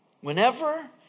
Whenever